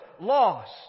lost